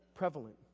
Prevalent